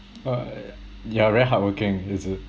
uh you're very hardworking is it